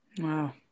wow